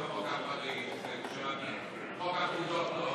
מי נגד?